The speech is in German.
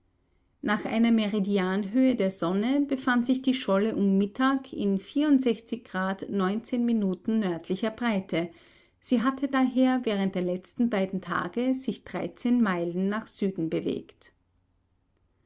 nach einer meridianhöhe der sonne befand sich die scholle um mittag in grad minuten nördlicher breite sie hatte daher während der beiden letzten tage sich meilen nach süden bewegt